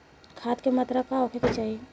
खाध के मात्रा का होखे के चाही?